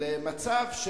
למצב,